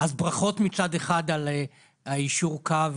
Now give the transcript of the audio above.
אז ברכות מצד אחד על היישור קו,